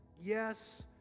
yes